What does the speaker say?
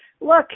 look